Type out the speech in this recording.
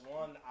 one